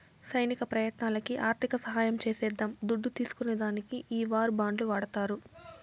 సైనిక ప్రయత్నాలకి ఆర్థిక సహాయం చేసేద్దాం దుడ్డు తీస్కునే దానికి ఈ వార్ బాండ్లు వాడతారు